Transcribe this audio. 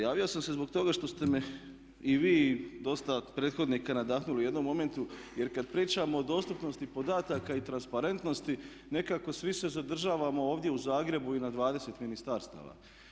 Javio sam se zbog toga što ste me i vi i dosta prethodnika nadahnuli u jednom momentu jer kad pričamo o dostupnosti podataka i transparentnosti nekako svi se zadržavamo ovdje u Zagrebu i na 20 ministarstava.